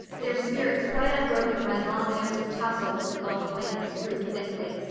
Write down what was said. their spirits quite unbroken by long years of tussle with the gulf winds, grew thickly.